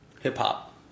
hip-hop